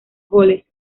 goles